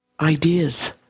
ideas